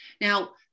Now